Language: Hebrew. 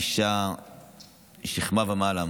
אישה משכמה ומעלה,